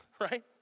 right